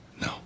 No